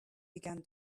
began